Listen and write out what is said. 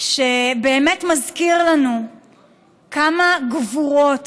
שבאמת מזכיר לנו כמה גבורות